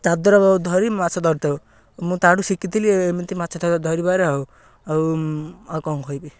ଚାଦର ଧରି ମାଛ ଧରିଥାଉ ମୁଁ ତାଠୁ ଶିଖିଥିଲି ଏମିତି ମାଛ ଧରିବାରେ ଆଉ ଆଉ ଆଉ କ'ଣ କହିବି